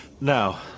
Now